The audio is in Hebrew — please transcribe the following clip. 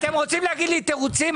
אתם רוצים לתת לי תירוצים?